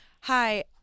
hi